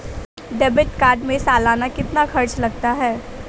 Debit card में सालाना कितना खर्च लगता है?